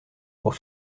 pour